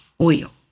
oil